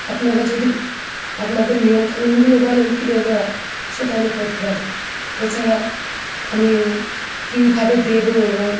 আপনারা যদি আপনাদের নিয়ম কানুনগুলো বলেন ফিরিয়ে দেওয়ার সেটা আমি করতে পারি এছাড়া আমি কীভাবে দেবো এবং